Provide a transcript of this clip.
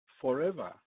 forever